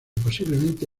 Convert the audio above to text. posiblemente